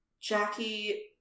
Jackie